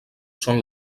són